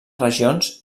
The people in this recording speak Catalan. regions